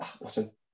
listen